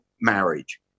marriage